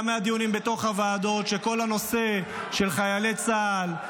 גם מהדיונים בוועדות שכל הנושא של חיילי צה"ל,